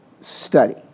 study